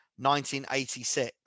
1986